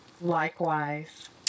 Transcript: Likewise